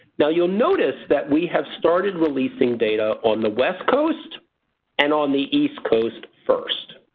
now you'll notice that we have started releasing data on the west coast and on the east coast first.